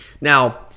now